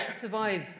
survive